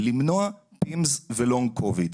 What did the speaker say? למנוע PIMS ולונג קוביד.